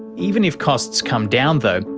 even if costs come down though,